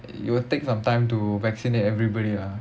it will take some time to vaccinate everybody ah